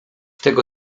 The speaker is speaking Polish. tego